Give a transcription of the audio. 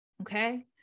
Okay